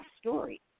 story